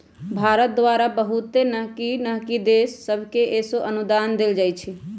भारत द्वारा बहुते नन्हकि नन्हकि देश सभके सेहो अनुदान देल जाइ छइ